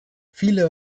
viele